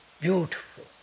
beautiful